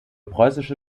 preußische